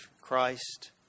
Christ